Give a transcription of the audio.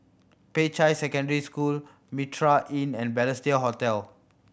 Peicai Secondary School Mitraa Inn and Balestier Hotel